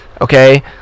Okay